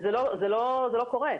זה לא קורה.